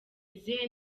izihe